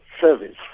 service